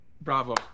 Bravo